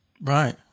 Right